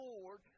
Lord